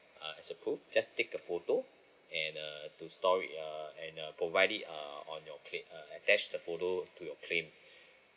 uh as a proof just take a photo and uh to store it uh and uh provide it uh on your claim uh attach the photo to your claim